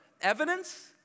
evidence